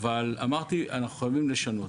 אבל אמרתי: אנחנו חייבים לשנות.